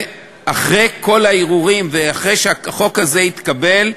אחרי כל הערעורים ואחרי שהחוק הזה יתקבל,